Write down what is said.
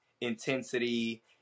intensity